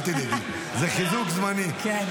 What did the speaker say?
לא,